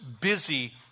busy